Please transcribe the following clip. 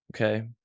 okay